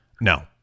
No